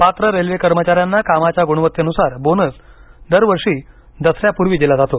पात्र रेल्वे कर्मचाऱ्यांना कामाच्या गुणवत्तेनुसार बोनस दरवर्षी दसऱ्यापूर्वी दिला जातो